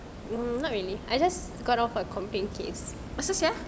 not really I just got off a complain case